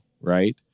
Right